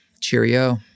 Cheerio